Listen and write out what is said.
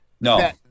No